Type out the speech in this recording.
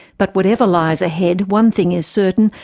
but whatever lies ahead, one thing is certain,